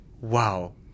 wow